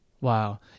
Wow